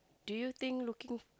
do you think looking